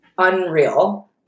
Unreal